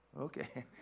Okay